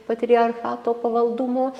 patriarchato pavaldumo